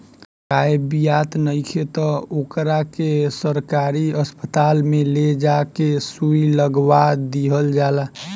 गाय बियात नइखे त ओकरा के सरकारी अस्पताल में ले जा के सुई लगवा दीहल जाला